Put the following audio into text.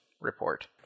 report